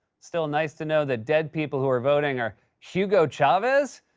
still nice to know that dead people who are voting are hugo chavez.